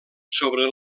sobre